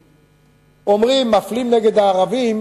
אומרים: מפלים נגד הערבים